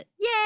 Yay